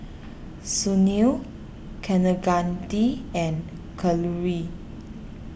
Sunil Kaneganti and Kalluri